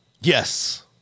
Yes